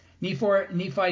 Nephi